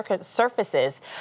surfaces